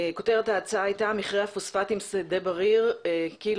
כותרת ההצעה הייתה 'מכרה הפוספטים שדה בריר כי"ל